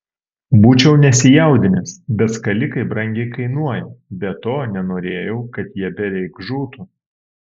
būčiau nesijaudinęs bet skalikai brangiai kainuoja be to nenorėjau kad jie bereik žūtų